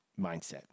mindset